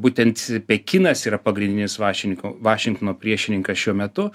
būtent pekinas yra pagrindinis vašinko vašingtono priešininkas šiuo metu